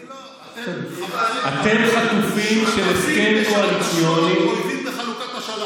אני לא, אתם חטופים, אויבים בחלוקת השלל.